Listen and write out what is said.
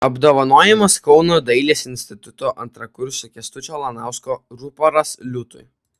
apdovanojimas kauno dailės instituto antrakursio kęstučio lanausko ruporas liūtui